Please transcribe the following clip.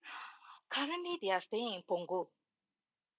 currently they are staying in punggol